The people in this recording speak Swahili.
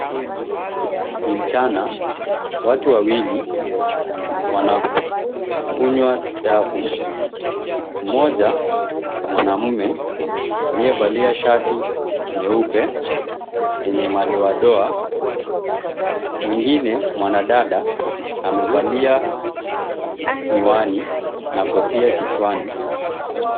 Ni mchana, watu wawili wanakunywa dafu. Mmoja ni mwanamume aliyevalia shati nyeupe yenye madoa doa, na mwingine ni mwanadada aliyevaa miwani na kofia kichwani.